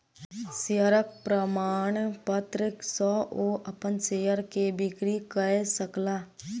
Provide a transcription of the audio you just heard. शेयरक प्रमाणपत्र सॅ ओ अपन शेयर के बिक्री कय सकला